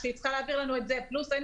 כשהיא צריכה להעביר לנו את זה פלוס זה שאין